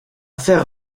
fer